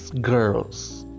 girls